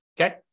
okay